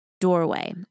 doorway